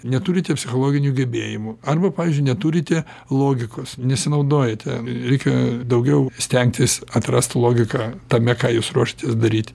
neturite psichologinių gebėjimų arba pavyzdžiui neturite logikos nesinaudojate reikia daugiau stengtis atrast logiką tame ką jūs ruošiatės daryt